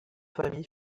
famille